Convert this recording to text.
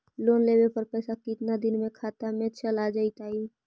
Loan लेब पर पैसा कितना दिन में खाता में चल आ जैताई?